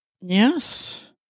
Yes